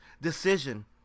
decision